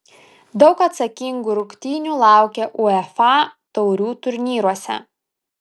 daug atsakingų rungtynių laukia uefa taurių turnyruose